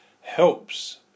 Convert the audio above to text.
helps